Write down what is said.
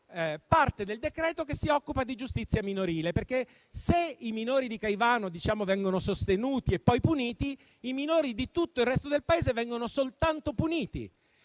parte che si occupa di giustizia minorile. Perché se i minori di Caivano vengono sostenuti e poi puniti, i minori di tutto il resto del Paese vengono soltanto puniti,